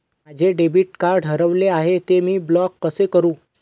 माझे debit card हरविले आहे, ते मी ब्लॉक कसे करु?